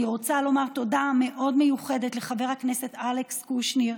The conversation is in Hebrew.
אני רוצה לומר תודה מאוד מיוחדת לחבר הכנסת אלכס קושניר,